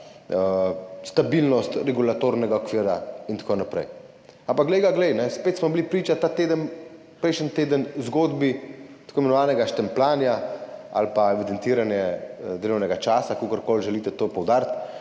stabilnost regulatornega okvira in tako naprej. Ampak glej ga, glej, spet smo bili ta teden oziroma prejšnji teden priča zgodbi tako imenovanega štempljanja ali pa evidentiranja delovnega časa, kakorkoli želite to poudariti,